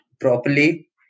properly